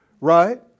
right